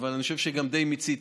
אבל אני חושב שגם די מציתי,